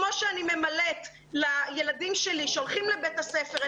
אז כמו שאני ממלאת תצהיר לילדים שלי שהולכים לבית הספר,